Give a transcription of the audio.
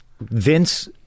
Vince